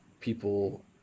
people